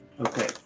Okay